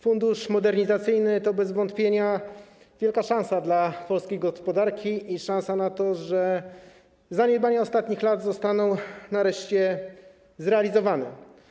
Fundusz Modernizacyjny to bez wątpienia wielka szansa dla polskiej gospodarki i szansa na to, że zaniedbania ostatnich lat zostaną nareszcie usunięte.